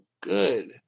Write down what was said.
good